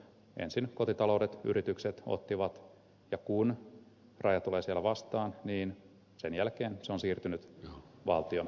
ensin kotitaloudet yritykset ottivat ja kun raja tulee siellä vastaan niin sen jälkeen se on siirtynyt valtion tehtäväksi